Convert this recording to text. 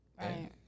Right